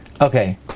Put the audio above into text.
Okay